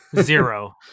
zero